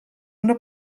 una